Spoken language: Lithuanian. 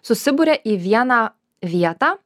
susiburia į vieną vietą